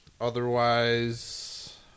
Otherwise